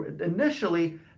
initially